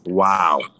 Wow